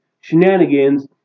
shenanigans